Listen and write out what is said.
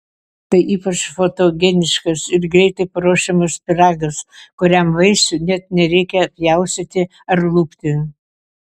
tai ypač fotogeniškas ir greitai paruošiamas pyragas kuriam vaisių net nereikia pjaustyti ar lupti